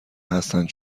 هستند